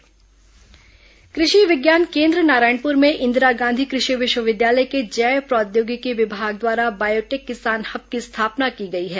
किसान हब कृषि विज्ञान केन्द्र नारायणपुर में इंदिरा गांधी कृषि विश्वविद्यालय के जैव प्रौद्योगिकी विभाग द्वारा बायोटेक किसान हब की स्थापना की गई है